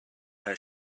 her